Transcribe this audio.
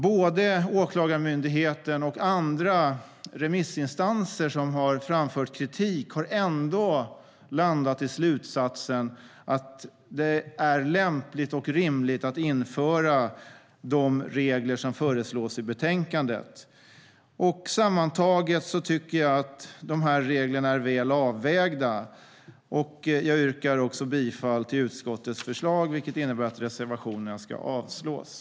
Både Åklagarmyndigheten och andra remissinstanser som har framfört kritik har ändå landat i slutsatsen att det är lämpligt och rimligt att införa de regler som föreslås i betänkandet. Sammantaget anser jag att reglerna är väl avvägda. Jag yrkar bifall till utskottets förslag, vilket innebär att jag yrkar att reservationerna ska avslås.